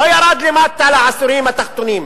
ולא ירד למטה לעשירונים התחתונים.